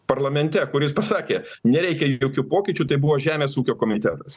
parlamente kuris pasakė nereikia jokių pokyčių tai buvo žemės ūkio komitetas